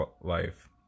life